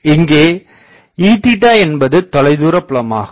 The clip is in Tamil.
இங்கே E என்பது தொலைதூரபுலமாகும்